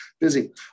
busy